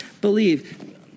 believe